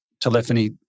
telephony